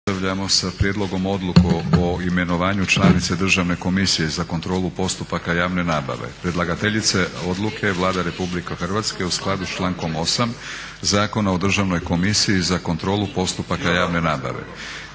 Nastavljamo sa: - Prijedlog odluke o imenovanju članice Državne komisije za kontrolu postupaka javne nabave; Predlagateljica je odluke Vlada Republike Hrvatske u skladu sa člankom 8. Zakona o Državnoj komisiji za kontrolu postupaka javne nabave.